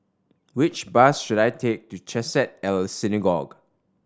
which bus should I take to Chesed El Synagogue